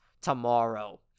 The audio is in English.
tomorrow